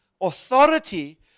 authority